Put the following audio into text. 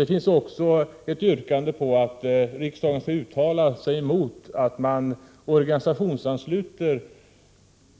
Det finns också ett yrkande om att riksdagen skall uttala sig emot att man organisationsansluter